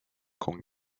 con